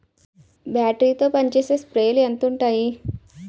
Battery తో పనిచేసే స్ప్రేలు ఎంత ఉంటాయి?